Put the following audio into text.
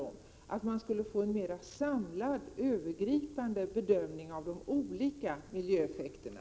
Man skulle ju då få till stånd en mer samlad, övergripande bedömning av de olika miljöeffekterna.